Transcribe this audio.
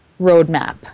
roadmap